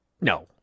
No